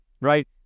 right